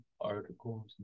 Articles